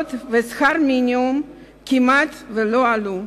הקצבאות ושכר המינימום כמעט לא עלו.